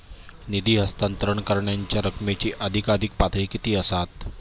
निधी हस्तांतरण करण्यांच्या रकमेची अधिकाधिक पातळी किती असात?